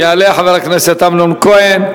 יעלה חבר הכנסת אמנון כהן,